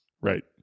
right